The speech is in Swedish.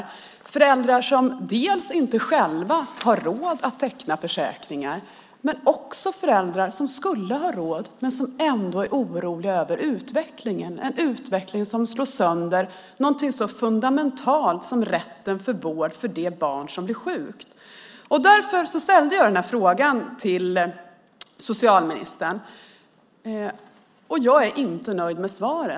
Det är dels föräldrar som inte själva har råd att teckna försäkringar, dels föräldrar som skulle ha råd men som ändå är oroliga över utvecklingen. Det är en utveckling som slår sönder något så fundamentalt som rätten till vård för det barn som blir sjukt. Därför ställde jag den här frågan till socialministern, och jag är inte nöjd med svaret.